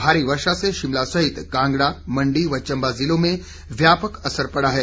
भारी वर्षा से शिमला सहित कांगड़ा मंडी व चम्बा जिलों में व्यापक असर पड़ा है